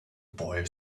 boy